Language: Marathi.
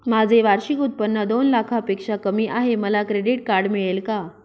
माझे वार्षिक उत्त्पन्न दोन लाखांपेक्षा कमी आहे, मला क्रेडिट कार्ड मिळेल का?